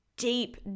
deep